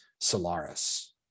Solaris